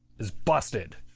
is busted.